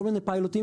כל מיני פיילוטים,